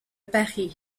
paris